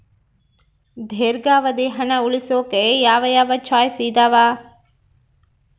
ದೇರ್ಘಾವಧಿ ಹಣ ಉಳಿಸೋಕೆ ಯಾವ ಯಾವ ಚಾಯ್ಸ್ ಇದಾವ?